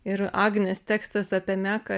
ir agnės tekstas apie meką